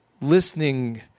listening